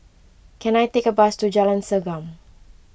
can I take a bus to Jalan Segam